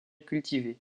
cultivée